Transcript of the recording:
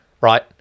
right